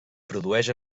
produeix